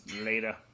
Later